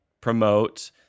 promote